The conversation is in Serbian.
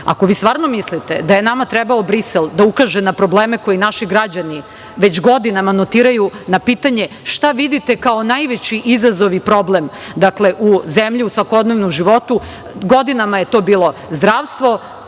ako vi stvarno mislite da je nama trebao Brisel da ukaže na probleme koji naši građani već godinama notiraju na pitanje – šta vidite kao najveći izazov i problem u zemlji, u svakodnevnom životu? Godinama je to bilo zdravstvo,